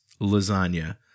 lasagna